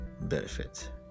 benefit